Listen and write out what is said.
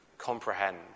comprehend